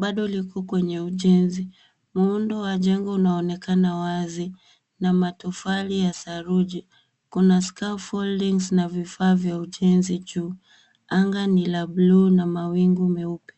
bado liko kwenye ujenzi. Muundo wa jengo unaonekana wazi na matofali ya saruji. Kuna scaffoldings na vifaa vya ujenzi juu. Anga ni la buluu na mawingu meupe.